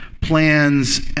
plans